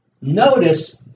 notice